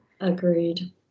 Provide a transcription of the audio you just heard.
Agreed